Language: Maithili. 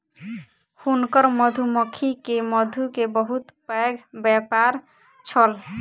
हुनकर मधुमक्खी के मधु के बहुत पैघ व्यापार छल